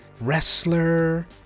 wrestler